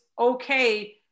okay